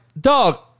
dog